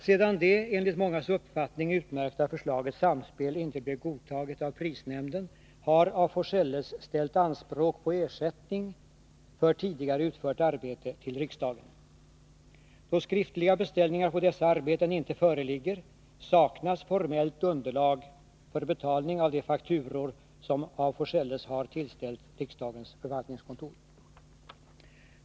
Sedan det, enligt mångas uppfattning, utmärkta förslaget Samspel inte blev godtaget av prisnämnden har af Forselles ställt anspråk på ersättning för tidigare utfört arbete åt riksdagen. Då skriftliga beställningar på dessa arbeten inte föreligger saknas formellt underlag för betalning av de fakturor som af Forselles har tillställt riksdagens förvaltningskontor.